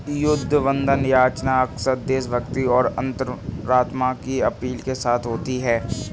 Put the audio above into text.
युद्ध बंधन याचना अक्सर देशभक्ति और अंतरात्मा की अपील के साथ होती है